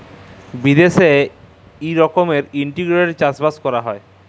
বিদ্যাশে ই রকমের ইলটিগ্রেটেড চাষ বাস ক্যরা হ্যয়